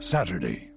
Saturday